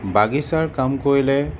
বাগিছাৰ কাম কৰিলে